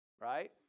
Right